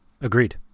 Agreed